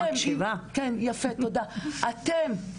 הם אמרו לנו "אתן,